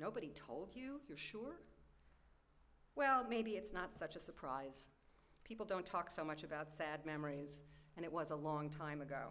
nobody told you well maybe it's not such a surprise people don't talk so much about sad memories and it was a long time ago